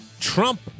Trump